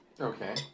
Okay